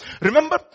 Remember